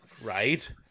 right